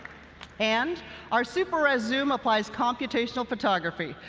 and our super res zoom applies computational photography,